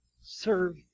Serve